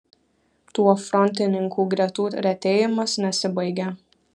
tuo frontininkų gretų retėjimas nesibaigia